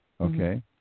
Okay